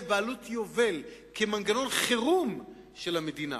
בעלות יובל כמנגנון חירום של המדינה,